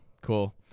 cool